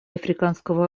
африканского